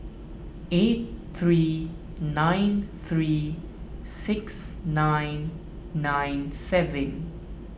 eight three nine three six nine nine seven